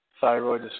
thyroid